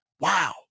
wow